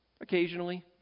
occasionally